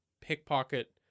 pickpocket